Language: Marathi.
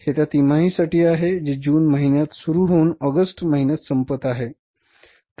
हे त्या तिमाहीसाठी आहे जे जुन महिन्यात सुरू होऊन आॅगस्ट महिन्यात संपत आहे